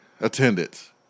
attendance